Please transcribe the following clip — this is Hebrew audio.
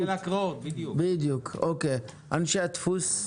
אנשי הדפוס,